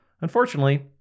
Unfortunately